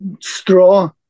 straw